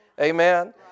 Amen